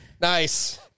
Nice